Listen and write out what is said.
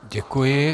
Děkuji.